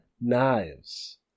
knives